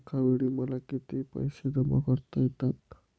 एकावेळी मला किती पैसे जमा करता येतात?